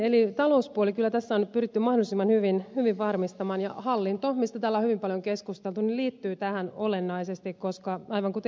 eli talouspuoli kyllä tässä on nyt pyritty mahdollisimman hyvin varmistamaan ja hallinto mistä täällä on hyvin paljon keskusteltu liittyy tähän olennaisesti koska aivan kuten ed